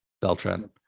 Beltran